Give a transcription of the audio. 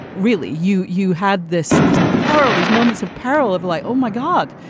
really. you you had this this parallel, these moments of peril of like, oh, my god,